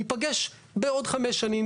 ניפגש בעוד חמש שנים,